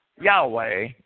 Yahweh